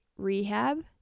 Rehab